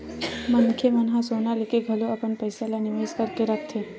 मनखे मन ह सोना लेके घलो अपन पइसा ल निवेस करके रखथे